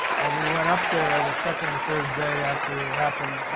and we went up there the second or third day after it and happened.